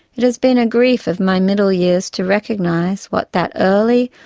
it has been a grief of my middle years to recognise what that early,